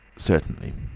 certainly.